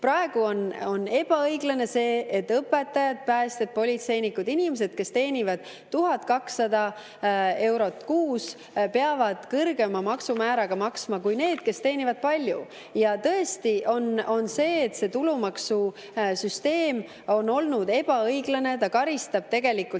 Praegu on ebaõiglane see, et õpetajad, päästjad, politseinikud, üldse inimesed, kes teenivad 1200 eurot kuus, peavad kõrgema maksumääraga maksma kui need, kes teenivad palju. Ja tõesti on see, et see tulumaksusüsteem on olnud ebaõiglane, ta karistab tegelikult